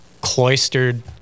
cloistered